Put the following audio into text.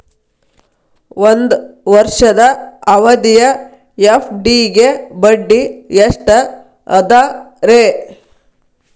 ಒಂದ್ ವರ್ಷದ ಅವಧಿಯ ಎಫ್.ಡಿ ಗೆ ಬಡ್ಡಿ ಎಷ್ಟ ಅದ ರೇ?